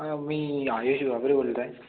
मी आयुष वागळे बोलतो आहे